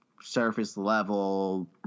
surface-level